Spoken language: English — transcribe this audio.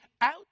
out